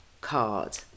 card